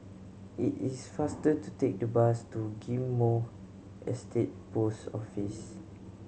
it is faster to take the bus to Ghim Moh Estate Post Office